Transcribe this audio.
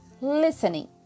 Listening